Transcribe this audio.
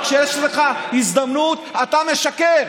כשיש לך הזדמנות אתה משקר,